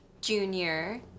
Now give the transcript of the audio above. junior